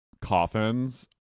coffins